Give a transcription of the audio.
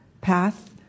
Path